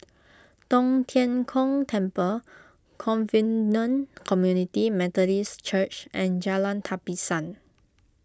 Tong Tien Kung Temple Covenant Community Methodist Church and Jalan Tapisan